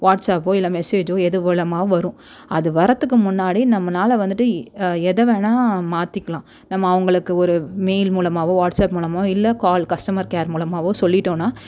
வாட்ஸ்அப்போ இல்லை மெசேஜோ எது மூலமாவோ வரும் அது வர்றதுக்கு முன்னாடி நம்மனால் வந்துட்டு எதை வேணால் மாற்றிக்கலாம் நம்ம அவங்களுக்கு ஒரு மெயில் மூலமாவோ வாட்ஸ்அப் மூலமாக இல்லை கால் கஸ்டமர் கேர் மூலமாவோ சொல்லிட்டோம்னா